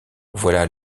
voilà